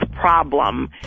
problem